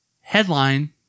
headline